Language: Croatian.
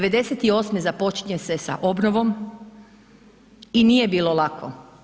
98. započinje se sa obnovom i nije bilo lako.